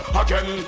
again